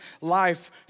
life